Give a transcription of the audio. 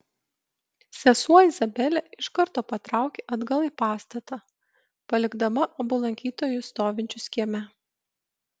sesuo izabelė iš karto patraukė atgal į pastatą palikdama abu lankytojus stovinčius kieme